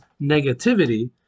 negativity